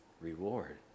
reward